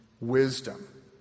wisdom